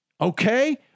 Okay